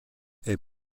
est